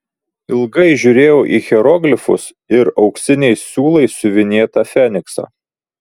ilgai žiūrėjau į hieroglifus ir auksiniais siūlais siuvinėtą feniksą